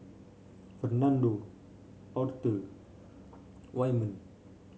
Fernando Author Wyman